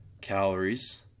calories